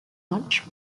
much